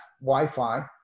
Wi-Fi